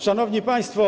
Szanowni Państwo!